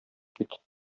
кит